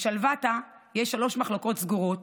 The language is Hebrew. בשלוותה יש שלוש מחלקות סגורות,